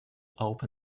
open